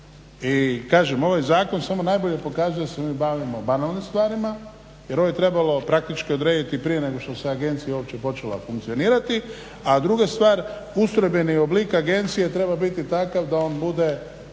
I kažem, ovaj Zakon samo najbolje pokazuje da se mi bavimo banalnim stvarima, jer ovo je trebalo praktički odrediti prije nego što se agencija uopće počela funkcionirati. A druga stvar, ustrojbeni oblik agencije treba biti takav da on bude,